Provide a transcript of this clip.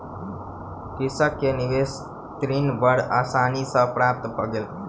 कृषक के निवेशक ऋण बड़ आसानी सॅ प्राप्त भ गेल